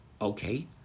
Okay